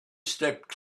stepped